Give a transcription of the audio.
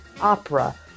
opera